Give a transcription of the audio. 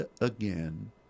again